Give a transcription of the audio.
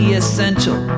essential